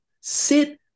Sit